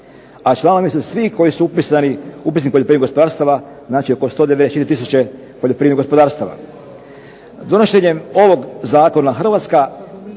A članovi su svi koji su upisani u upisnik poljoprivrednih gospodarstava. Znači oko 194000 poljoprivrednih gospodarstava. Donošenjem ovog zakona Hrvatska